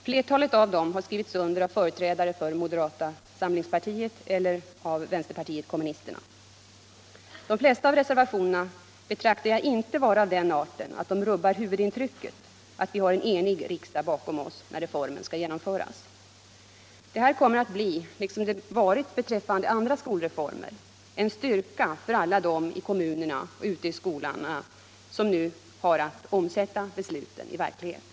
Flertalet av dessa har skrivits under av företrädare för moderata samlingspartiet eller av vänsterpartiet kommunisterna. De flesta av reservationerna be traktar jag inte vara av den arten att de rubbar huvudintrycket att vi Nr 134 har en enig riksdag bakom oss när reformen skall genomföras. Detta — Fredagen den kommer att bli, liksom det varit beträffande andra skolreformer, en styrka = 21] maj 1976 för alla dem i kommunerna och ute i skolorna som nu har att omsätta —— besluten till verkligheten.